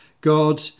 God